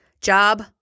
Job